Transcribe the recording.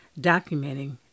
documenting